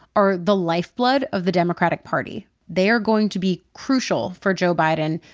are the lifeblood of the democratic party. they are going to be crucial for joe biden,